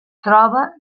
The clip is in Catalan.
troba